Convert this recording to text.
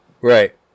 Right